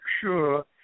sure